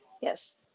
Yes